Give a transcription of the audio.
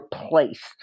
replaced